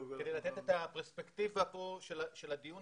הנושא